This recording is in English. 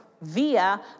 via